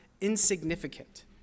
insignificant